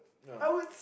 no